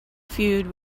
feud